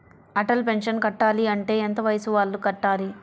Atal pension కట్టాలి అంటే ఎంత వయసు వాళ్ళు కట్టాలి?